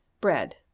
Bread